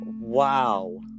wow